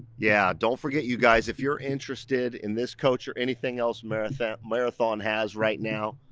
yeah don't forget you guys, if you're interested in this coach or anything else marathon marathon has right now,